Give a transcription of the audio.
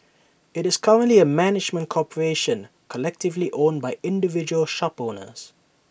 IT is currently A management corporation collectively owned by individual shop owners